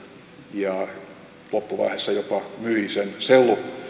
ja loppuvaiheessa jopa myi sen sen